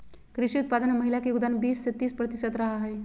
कृषि उत्पादन में महिला के योगदान बीस से तीस प्रतिशत रहा हइ